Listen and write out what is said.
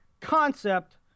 concept